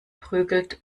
prügelt